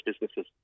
businesses